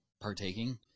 partaking